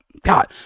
God